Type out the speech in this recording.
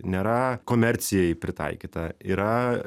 nėra komercijai pritaikyta yra